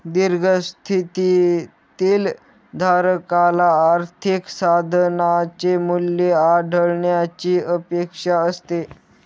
दीर्घ स्थितीतील धारकाला आर्थिक साधनाचे मूल्य वाढण्याची अपेक्षा असते